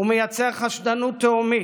הוא מייצר חשדנות תהומית,